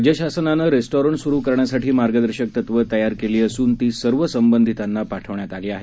राज्य शासनाने रेस्टॉरंट स्रु करण्यासाठी मार्गदर्शक तत्वे तयार केली असून ती सर्व संबंधितांना पाठवण्यात आली आहेत